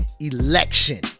election